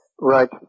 Right